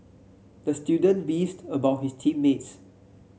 the student beefed about his team mates